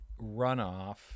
runoff